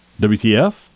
WTF